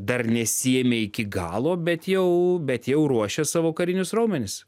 dar nesiėmė iki galo bet jau bet jau ruošia savo karinius raumenis